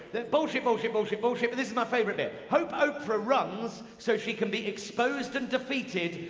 bullshit, bullshit, bullshit, bullshit. but this is my favourite bit. hope oprah runs, so she can be exposed and defeated,